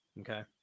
Okay